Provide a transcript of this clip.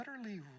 utterly